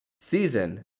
season